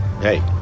hey